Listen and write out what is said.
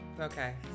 okay